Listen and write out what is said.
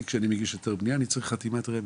כשאני מגיש היתר בנייה אני צריך חתימת רמ"י,